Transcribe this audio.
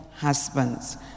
husbands